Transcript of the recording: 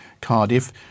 Cardiff